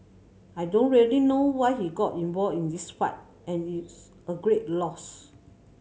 I don't really know why he got involved in this fight and it's a great loss